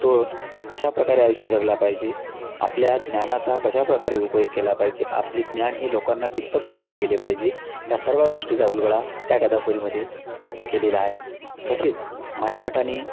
तो कशाप्रकारे आयुष्य जगला पाहिजे आपल्या ज्ञानाचा कशाप्रकारे उपयोग केला पाहिजे आपले ज्ञान हे लोकांना कितपत वाटले गेले पाहिजे ह्या सर्व गोष्टीचा उलगडा त्या कादंबरीमध्ये केलेला आहे तसेच मईम भटानी